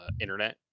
internet